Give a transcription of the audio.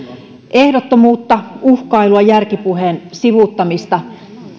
ehdottomuutta uhkailua järkipuheen sivuuttamista